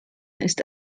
ist